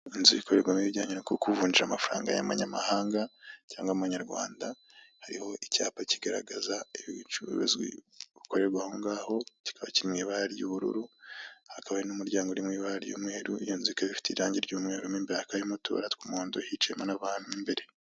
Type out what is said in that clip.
Inzu ikorerwamo ibijyanye no kuvunja amafaranga y'amanyamahanga cyangwa amanyarwanda hariho icyapa kigaragaza ibicuruzwa bikorerwa aho ngaho kiba kimwe ibara ry'ubururu hakaba n'umuryango urimo ibara ry'umweru iyo nzu ikaba ifite irangi ry'umweru mo imbere hakaba harimo utubara tw'umundo hicayemo n'abantu mo imbere.